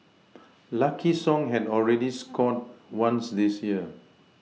lucky song had already scored once this year